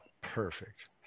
perfect